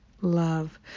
love